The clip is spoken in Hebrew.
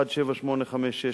ג/17856,